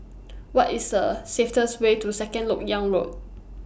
What IS The Way to Second Lok Yang Road